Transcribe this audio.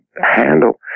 handle